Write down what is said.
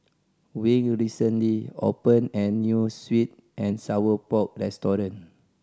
Wing recently opened a new sweet and sour pork restaurant